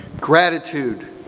Gratitude